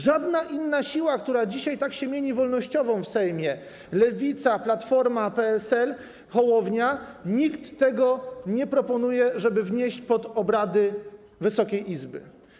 Żadna inna siła, która dzisiaj tak się mieni wolnościową w Sejmie: Lewica, Platforma, PSL czy Hołownia, nie proponuje, żeby wnieść to pod obrady Wysokiej Izby.